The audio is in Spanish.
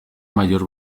mayor